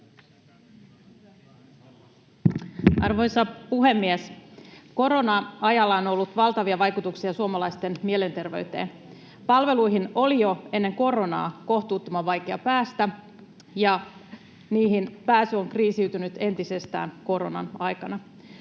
Arvoisa puhemies! Korona-ajalla on ollut valtavia vaikutuksia suomalaisten mielenterveyteen. Palveluihin oli jo ennen koronaa kohtuuttoman vaikea päästä, ja niihin pääsy on kriisiytynyt entisestään koronan aikana.